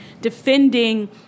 defending